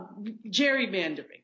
gerrymandering